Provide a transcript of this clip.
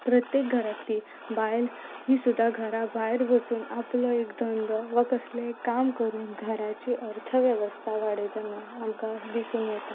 प्रत्येक घरांतली बायल ही सुद्दां घरा भायर वचून आपलो एक धंदो वा कसलेंय काम करून घराची अर्थ वेवस्था वाडयताना आमकां दिसून येता